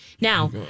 Now